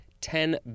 ten